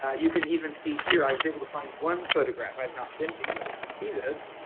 you can even see here i was able to find one photograph i have not been to ios to see this.